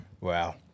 Wow